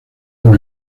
con